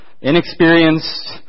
inexperienced